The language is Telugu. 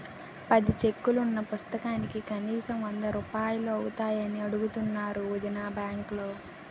పది చెక్కులున్న పుస్తకానికి కనీసం వందరూపాయలు అవుతాయని అడుగుతున్నారు వొదినా బాంకులో